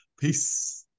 Peace